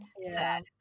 sad